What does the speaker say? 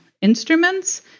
instruments